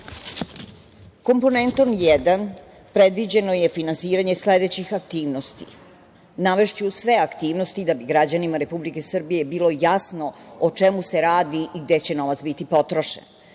Komponentom jedan predviđeno je finansiranje sledećih aktivnosti. Navešću sve aktivnosti da bi građanima Republike Srbije bilo jasno o čemu se radi i gde će novac biti potrošen.